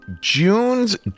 June's